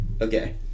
Okay